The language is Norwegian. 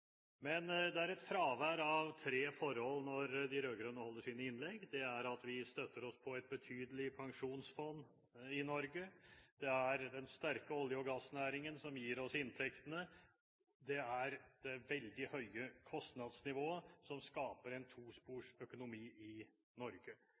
Men det er et fravær av tre forhold når de rød-grønne holder sine innlegg. Det er at vi støtter oss på et betydelig pensjonsfond i Norge, det er den sterke olje- og gassnæringen som gir oss inntektene, og det er det veldig høye kostnadsnivået som skaper en